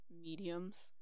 mediums